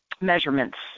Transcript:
measurements